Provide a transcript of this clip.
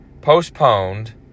postponed